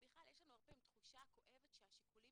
יש לנו הרבה פעמים תחושה כואבת שהשיקולים